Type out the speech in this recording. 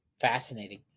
Fascinating